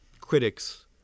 critics